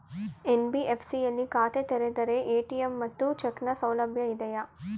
NBFC ಯಲ್ಲಿ ಖಾತೆ ತೆರೆದರೆ ಎ.ಟಿ.ಎಂ ಮತ್ತು ಚೆಕ್ ನ ಸೌಲಭ್ಯ ಇದೆಯಾ?